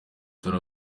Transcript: dore